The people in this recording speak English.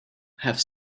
have